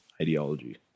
ideology